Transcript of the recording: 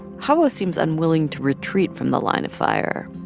xawa seems unwilling to retreat from the line of fire.